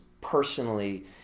personally